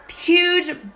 huge